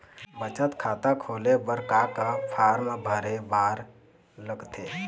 बचत खाता खोले बर का का फॉर्म भरे बार लगथे?